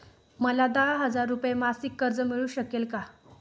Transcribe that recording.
मला दहा हजार रुपये मासिक कर्ज मिळू शकेल का?